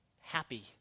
happy